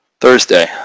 Thursday